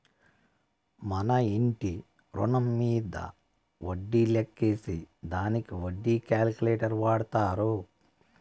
మన ఇంటి రుణం మీంద వడ్డీ లెక్కేసే దానికి వడ్డీ క్యాలిక్యులేటర్ వాడతారు